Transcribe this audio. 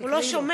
הוא לא שומע.